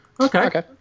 Okay